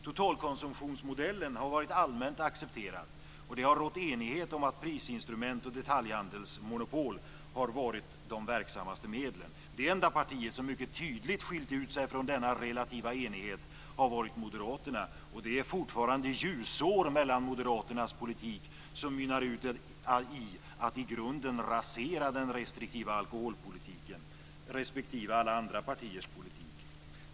Totalkonsumtionsmodellen har varit allmänt accepterad, och det har rått enighet om att prisinstrument och detaljhandelsmonopol har varit de verksammaste medlen. Det enda parti som mycket tydligt skilt ut sig från denna relativa enighet har varit Moderaterna. Det är fortfarande ljusår mellan Moderaternas politik, som mynnar ut i att i grunden rasera den restriktiva alkoholpolitiken, och alla andra partiers politik. Herr talman!